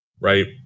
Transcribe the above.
Right